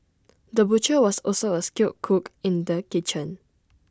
the butcher was also A skilled cook in the kitchen